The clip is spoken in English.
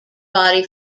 body